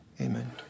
amen